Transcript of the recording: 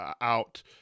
out